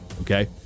okay